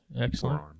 Excellent